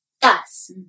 bus